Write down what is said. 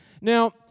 Now